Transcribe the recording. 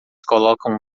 colocam